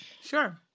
Sure